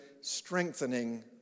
strengthening